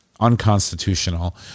unconstitutional